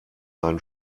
einen